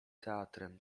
teatrem